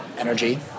Energy